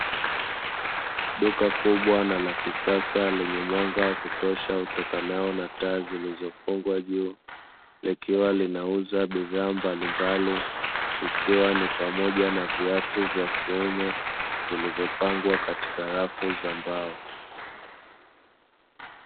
Duka kubwa na lakisasa lenye mwanga wa kutosha utokanao na taa zilizofungwa juu, likiwa linauza bidhaa mbalimbali ikiwa ni pamoja na viatu vya kiume vilivyopangwa katika rafu za mbao.